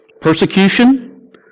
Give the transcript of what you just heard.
Persecution